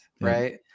Right